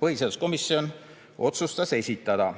põhiseaduskomisjon otsustas esitada.